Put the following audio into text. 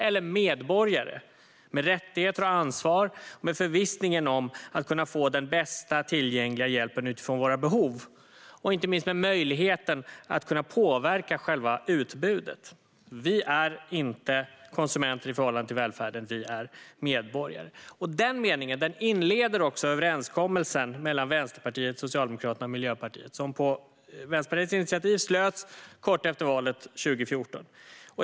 Eller ska vi vara medborgare med rättigheter och ansvar och med förvissningen om att kunna få den bästa tillgängliga hjälpen utifrån våra behov och, inte minst, med möjligheten att kunna påverka själva utbudet? "Vi är inte konsumenter i förhållande till välfärden, vi är medborgare." Denna mening inleder överenskommelsen mellan Vänsterpartiet, Socialdemokraterna och Miljöpartiet, som på Vänsterpartiets initiativ slöts kort efter valet 2014.